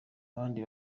abandi